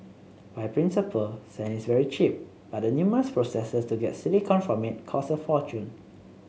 by principle sand is very cheap but the numerous processes to get silicon from it cost a fortune